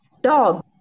dog